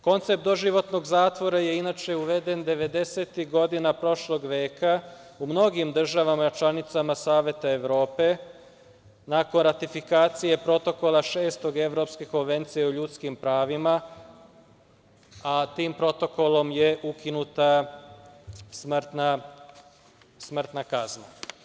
Koncept doživotnog zatvora je inače uveden devedesetih godina prošlog veka u mnogim državama članicama Saveta Evrope, nakon ratifikacije protokola Šeste Evropske konvencije o ljudskim pravima, a tim protokolom je ukinuta smrtna kazna.